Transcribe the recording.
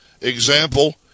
Example